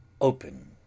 open